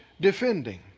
defending